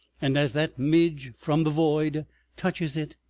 and as that midge from the void touches it,